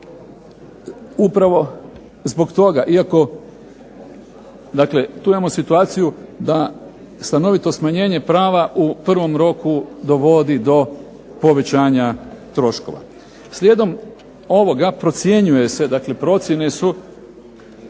upravo zbog toga, iako, dakle, tu imamo situaciju da stanovito smanjenje prava u prvom roku dovodi do povećanja troškova. Slijedom ovoga procjene su, koliko će se